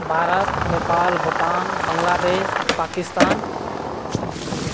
भारत नेपाल भुटान बांग्लादेश पाकिस्तान हो गया